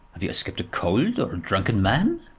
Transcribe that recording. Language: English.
have you escaped a cold, or a drunken man?